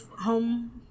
home